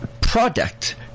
product